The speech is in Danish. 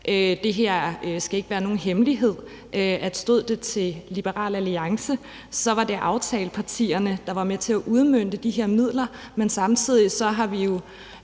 Det skal ikke være nogen hemmelighed, at stod det til Liberal Alliance, var det aftalepartierne, der var med til at udmønte de her midler. Men samtidig har vi jo